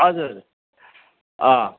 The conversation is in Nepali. हजुर अँ